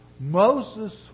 Moses